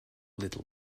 little